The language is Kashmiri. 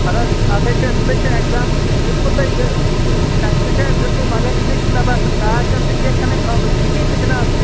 اَدٕ حظ اَتھ ہَے چھِ أمِس ہَے چھُ اٮ۪کزام دیُتمُت تۄہہِ یہِ ٹٮ۪سٹ چھا أمۍ دیُتمُت مگر یہِ نَے چھُنہٕ مےٚ باسان کارکردٕگیہ چھَنہٕ أمۍ ہٲومٕژ کِہیٖنۍ نہٕ جِناب